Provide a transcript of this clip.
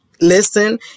listen